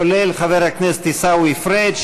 כולל חבר הכנסת עיסאווי פריג',